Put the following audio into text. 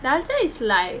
dalcha is like